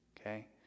okay